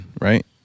right